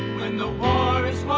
when the war is